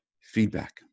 Feedback